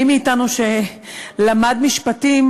מי מאתנו שלמד משפטים,